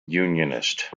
unionist